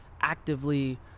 actively